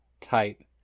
type